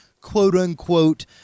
quote-unquote